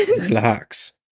relax